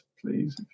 please